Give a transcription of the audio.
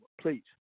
Please